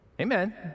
Amen